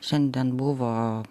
šiandien buvo